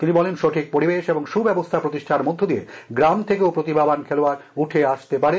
তিনি বলেন সঠিক পরিবেশ এবং সুব্যবস্থা প্রতিষ্ঠার মধ্য দিয়ে গ্রাম থেকেও প্রতিভাবান খেলোয়ার উঠে আসতে পারে